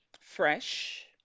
fresh